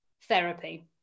therapy